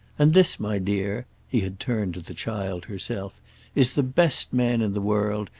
and this, my dear he had turned to the child herself is the best man in the world,